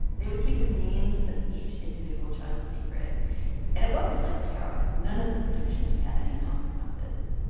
they would keep the names of each individual child secret and it wasn't like tarra none of the predictions would have any consequences.